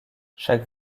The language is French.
chaque